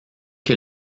que